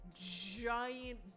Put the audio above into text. giant